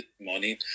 morning